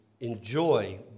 Enjoy